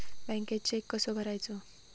बँकेत चेक कसो भरायचो?